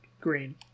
Green